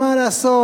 מה לעשות,